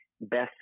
best